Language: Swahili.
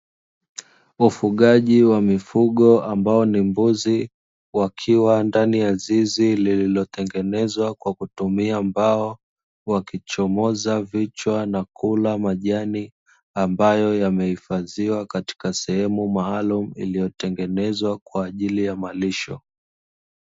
Wafugaji wa mifugo ambayo ni mbuzi wakiwa ndani ya zizi lililotengenezwa kwa kutumia mbao, wakichomoza vichwa na kula majani ambayo yamehifadhiwa katika sehemu maalum iliyotengenezwa kwa ajili ya malisho.